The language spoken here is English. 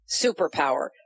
superpower